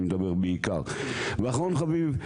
אחרון חביב,